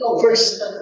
First